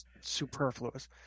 superfluous